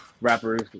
rappers